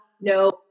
no